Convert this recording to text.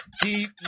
Keep